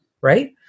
right